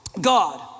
God